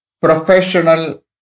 professional